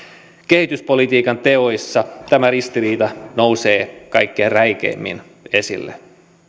kehityspolitiikan teoissa tämä ristiriita nousee kaikkein räikeimmin esille